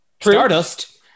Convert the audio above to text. Stardust